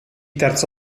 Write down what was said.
terzo